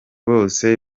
bose